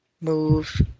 move